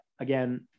again